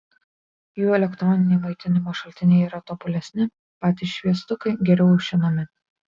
jų elektroniniai maitinimo šaltiniai yra tobulesni patys šviestukai geriau aušinami